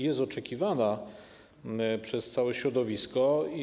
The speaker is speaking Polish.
Jest ona oczekiwana przez całe środowisko.